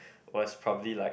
was probably like